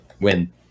win